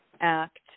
act